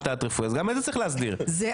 דעת רפואי אז גם את זה צריך להסדיר 1,